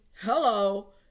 hello